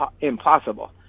impossible